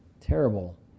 Terrible